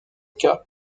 cas